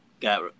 Got